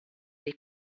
dei